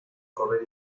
correr